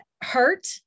hurt